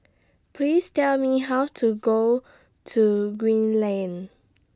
Please Tell Me How to Go to Green Lane